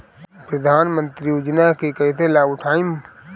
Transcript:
प्रधानमंत्री योजना के कईसे लाभ उठाईम?